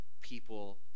people